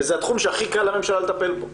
וזה התחום שהכי קל לממשלה לטפל בו,